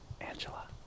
Angela